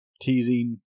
teasing